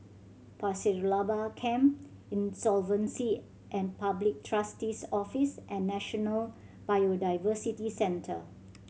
Pasir Laba Camp Insolvency and Public Trustee's Office and National Biodiversity Centre